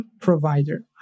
provider